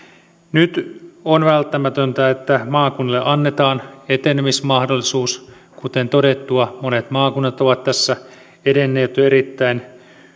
nyt on välttämätöntä että maakunnille annetaan etenemismahdollisuus kuten todettua monet maakunnat ovat tässä edenneet jo erittäin